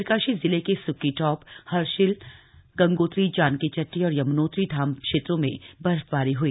उत्तरकाशी जिले के स्क्की टॉप हर्षिल गंगोत्री जानकीचट्टी और यम्नोत्री धाम क्षेत्रों में बर्फबारी हुई